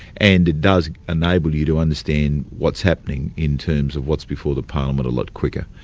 and it does enable you to understand what's happening in terms of what's before the parliament a lot quicker.